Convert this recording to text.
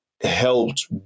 helped